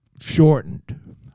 shortened